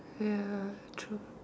ya true